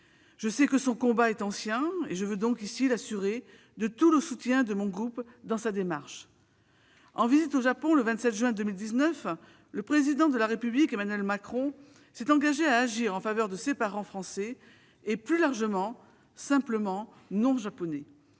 Je sais que son combat est ancien ; je veux l'assurer de tout le soutien du groupe socialiste dans sa démarche. En visite au Japon le 27 juin 2019, le Président de la République, Emmanuel Macron, s'est engagé à agir en faveur de ces pères français et, plus largement, des parents non japonais.